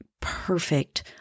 perfect